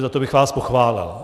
Za to bych vás pochválil.